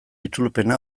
itzulpena